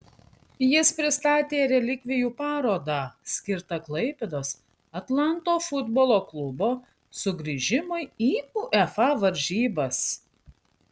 jis pristatė relikvijų parodą skirtą klaipėdos atlanto futbolo klubo sugrįžimui į uefa varžybas